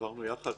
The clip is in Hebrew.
חברנו יחד.